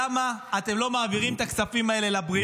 למה אתם לא מעבירים את הכספים האלה לבריאות?